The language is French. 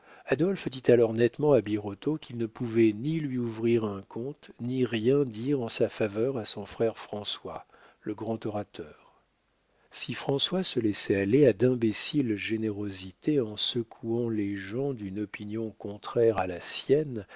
adolphe dit alors nettement à birotteau qu'il ne pouvait ni lui ouvrir un compte ni rien dire en sa faveur à son frère françois le grand orateur si françois se laissait aller à d'imbéciles générosités en secourant les gens d'une opinion contraire à la sienne